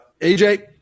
AJ